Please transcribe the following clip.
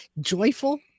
joyful